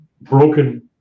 broken